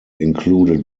included